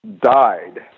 died